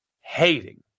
hating